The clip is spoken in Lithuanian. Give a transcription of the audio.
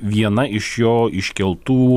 viena iš jo iškeltų